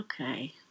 Okay